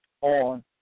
on